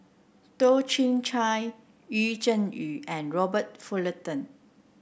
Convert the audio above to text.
Toh Chin Chye Yu Zhuye and Robert Fullerton